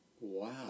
Wow